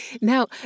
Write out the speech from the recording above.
now